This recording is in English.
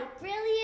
brilliant